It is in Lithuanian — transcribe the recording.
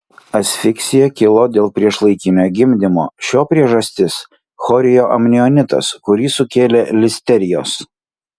asfiksija kilo dėl priešlaikinio gimdymo šio priežastis chorioamnionitas kurį sukėlė listerijos